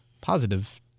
Positive